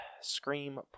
scream